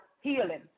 healing